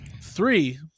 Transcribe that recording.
Three